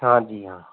हाँ जी हाँ